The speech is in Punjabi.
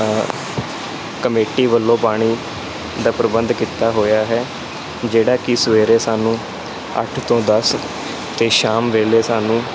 ਕਮੇਟੀ ਵੱਲੋਂ ਪਾਣੀ ਦਾ ਪ੍ਰਬੰਧ ਕੀਤਾ ਹੋਇਆ ਹੈ ਜਿਹੜਾ ਕਿ ਸਵੇਰੇ ਸਾਨੂੰ ਅੱਠ ਤੋਂ ਦਸ ਅਤੇ ਸ਼ਾਮ ਵੇਲੇ ਸਾਨੂੰ